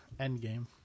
Endgame